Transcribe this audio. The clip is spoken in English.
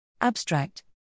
Abstract